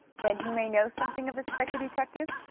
then he may know something of this quaker detective?